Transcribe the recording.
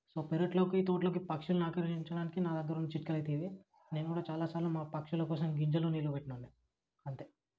so పెరట్లోకి తోటలోకి పక్షుల్ని ఆకర్షించడానికి నా దగ్గర ఉన్న చిట్కా అయితే ఇదే నేను కూడా చాలాసార్లు మా పక్షుల కోసం గింజలు నీళ్ళు పెట్టిన వాడినే అంతే